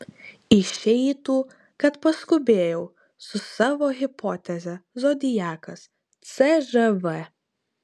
išeitų kad paskubėjau su savo hipoteze zodiakas cžv